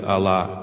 Allah